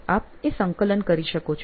આપ એ સંકલન કરી શકો છો